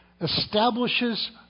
establishes